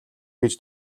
гэж